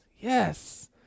yes